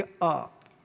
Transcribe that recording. up